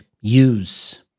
use